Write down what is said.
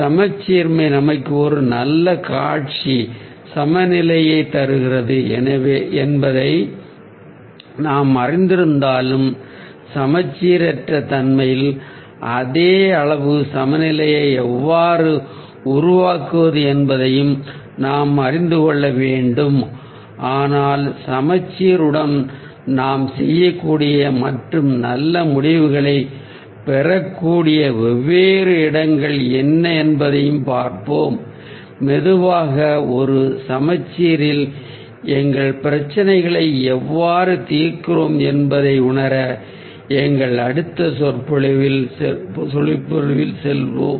சமச்சீர்மை நமக்கு ஒரு நல்ல காட்சி சமநிலையைத் தருகிறது என்பதை நாம் அறிந்திருந்தாலும் சமச்சீரற்ற தன்மையில் அதே அளவு சமநிலையை எவ்வாறு உருவாக்குவது என்பதையும் நாம் அறிந்து கொள்ள வேண்டும் ஆனால் சமச்சீருடன் நாம் செய்யக்கூடிய மற்றும் நல்ல முடிவுகளைப் பெறக்கூடிய வெவ்வேறு இடங்கள் என்ன என்பதைப் பார்ப்போம் மெதுவாக ஒரு சமச்சீரில் எங்கள் பிரச்சினைகளை எவ்வாறு தீர்க்கிறோம் என்பதை உணர நம் அடுத்த சொற்பொழிவில் செல்வோம்